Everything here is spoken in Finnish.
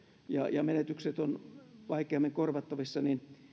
ja ja menetykset ovat vaikeammin korvattavissa